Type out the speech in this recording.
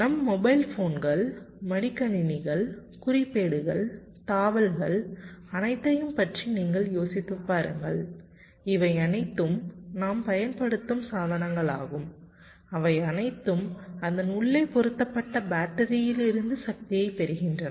நம் மொபைல் போன்கள் மடிக்கணினிகள் குறிப்பேடுகள் தாவல்கள் அனைத்தையும் பற்றி நீங்கள் யோசித்துப்பாருங்கள் இவை அனைத்தும் நாம் பயன்படுத்தும் சாதனங்களாகும் அவை அனைத்தும் அதன் உள்ளே பொறுத்தப்பட்ட பேட்டரியிலிருந்து சக்தியைப் பெறுகின்றன